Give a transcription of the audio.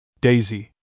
Daisy